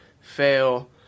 fail